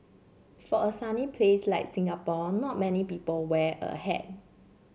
for a sunny place like Singapore not many people wear a hat